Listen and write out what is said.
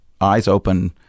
eyes-open